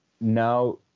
now